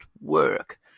work